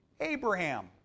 Abraham